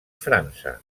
frança